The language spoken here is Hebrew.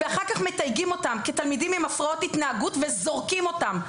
מתייגים אותם כתלמידים עם הפרעות התנהגות וזורקים אותם.